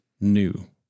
new